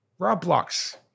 Roblox